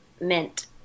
Mint